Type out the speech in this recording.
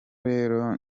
rero